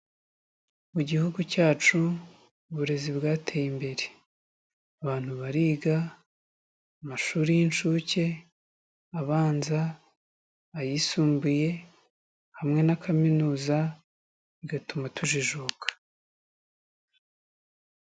Mu gihugu cyacu uburezi bwateye imbere, abantu bariga, amashuri y'inshuke, abanza, ayisumbuye hamwe na kaminuza bigatuma tujijuka.